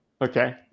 Okay